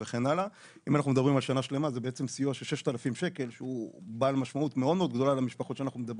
ואחרי שנכניס את המשפחות נטפל